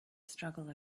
struggle